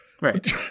Right